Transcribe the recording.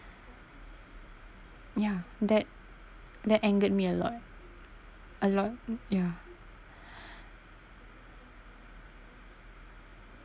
ya that that angered me a lot a lot ya